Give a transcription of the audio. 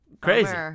crazy